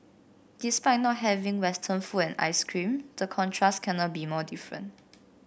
despite not having Western food and ice cream the contrast cannot be more different